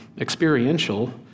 experiential